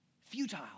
Futile